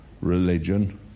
religion